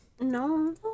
No